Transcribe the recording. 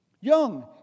young